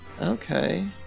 Okay